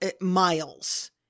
miles